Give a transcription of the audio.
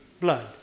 blood